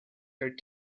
her